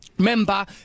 Remember